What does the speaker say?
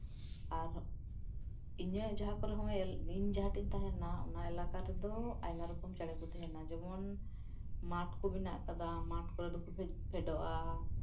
ᱤᱧᱟᱹᱜ ᱡᱟᱸᱦᱟ ᱠᱚᱨᱮ ᱱᱚᱜᱼᱚᱭ ᱤᱧ ᱡᱟᱸᱦᱟ ᱠᱚᱨᱮᱧ ᱛᱟᱸᱦᱮᱱᱟ ᱚᱱᱟ ᱮᱞᱟᱠᱟ ᱨᱮᱫᱚ ᱟᱭᱢᱟ ᱨᱚᱠᱚᱢ ᱪᱮᱬᱮ ᱠᱚ ᱛᱟᱸᱦᱮᱱᱟ ᱡᱮᱢᱚᱱ ᱢᱟᱴᱷ ᱠᱚ ᱢᱮᱱᱟᱜ ᱠᱟᱫᱟ ᱢᱟᱴᱷ ᱠᱚᱨᱮ ᱫᱚᱠᱚ ᱯᱷᱮᱰᱚᱜᱼᱟ